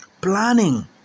Planning